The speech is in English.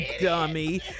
Dummy